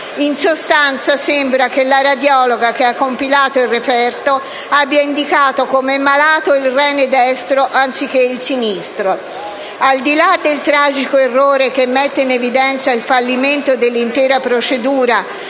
In sostanza, sembra che la radiologa che ha compilato il referto abbia indicato come malato il rene destro, anziché il sinistro. Al di là del tragico errore, che mette in evidenza il fallimento dell'intera procedura